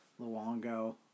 Luongo